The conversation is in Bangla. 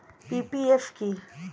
পি.পি.এফ কি?